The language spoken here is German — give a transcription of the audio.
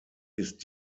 ist